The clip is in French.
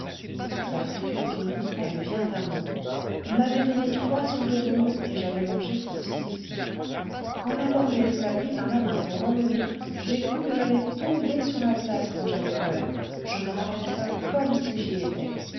sa friture finie elle vient à moi on m'avait donné trois sous d'aumône et j'avais mangé pour six quand la borgnesse m'a prise par la main pour m'emmener j'ai cru que j'allais tomber sur la place tant j'avais peur je me rappelle ça comme si j'y étais